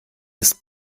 ist